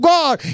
God